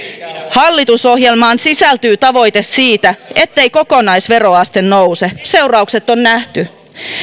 hallitusohjelmaan sisältyy tavoite siitä ettei kokonaisveroaste nouse seuraukset on nähty